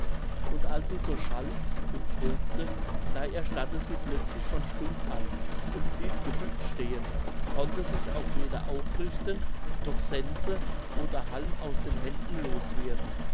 und als sie so schalt und tobte da verstarrte sie plötzlich von stund an und blieb gebückt stehen konnte sich auch weder aufrichten noch sense oder halm aus den händen